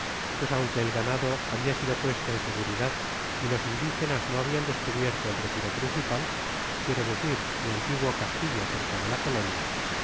pues aunque el ganado habia sido puesto en seguridad y los indigenas no habian descubierto el retiro principal quiero decir mi antiguo castillo cerca de la colonia